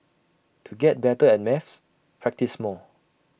to get better at maths practise more